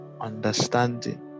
Understanding